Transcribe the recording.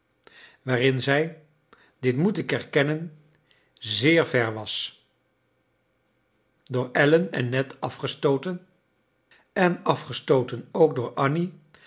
waarin zij dit moet ik erkennen zeer ver was door allen en ned afgestooten en afgestooten ook door annie